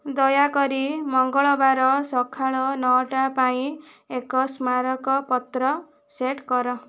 ଦୟାକରି ମଙ୍ଗଳବାର ସକାଳ ନଅଟା ପାଇଁ ଏକ ସ୍ମାରକପତ୍ର ସେଟ୍ କର